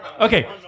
Okay